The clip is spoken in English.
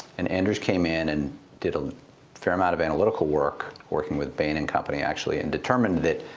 and anders came in and did a fair amount of analytical work, working with bain and company actually, and determined that